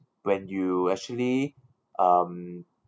when you actually um